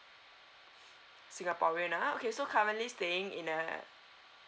singaporean ah okay so currently staying in a